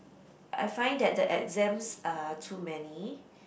I find that the exams are too many